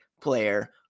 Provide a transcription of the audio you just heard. player